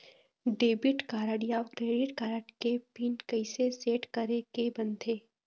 Debit card या credit card के pin कइसे सेट करे के बनते?